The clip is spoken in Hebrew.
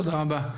תודה רבה.